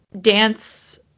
dance